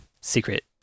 secret